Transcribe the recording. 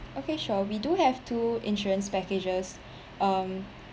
okay sure we do have two insurance packages um